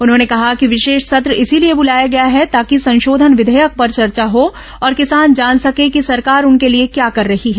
उन्होंने कहा कि विशेष सत्र इसलिए बुलाया गया है ताकि संशोधन विधेयक पर चर्चा हो और किसान जान सकें कि सरकार उनके लिए क्या कर रही है